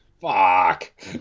Fuck